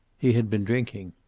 he had been drinking.